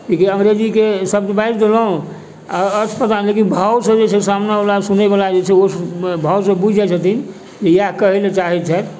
कि अंग्रेजीके शब्द बाजि देलहुँ आओर अर्थ पता नहि लेकिन भावसँ जे छै सामनेवला सुनयवला जे छै ओ भावसँ बुझि जाइ छथिन जे इएह कहय लए चाहय छथि